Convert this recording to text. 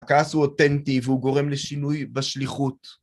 הכעס הוא אותנטי והוא גורם לשינוי בשליחות.